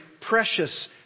precious